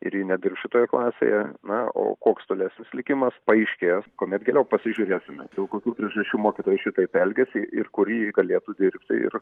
ir ji nedirbs šitoje klasėje na o koks tolesnis likimas paaiškės kuomet geriau pasižiūrėsime dėl kokių priežasčių mokytoja šitaip elgėsi ir kur ji galėtų dirbti ir